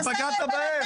אתה פגעת בהם.